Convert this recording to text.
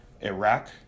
Iraq